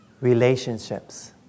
Relationships